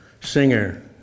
singer